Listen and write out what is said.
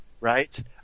Right